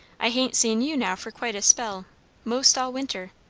i hain't seen you now for quite a spell most all winter.